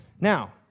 Now